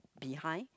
behind